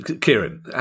Kieran